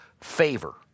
favor